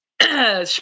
sure